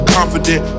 Confident